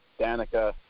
Danica